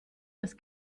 des